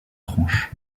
tranche